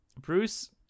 Bruce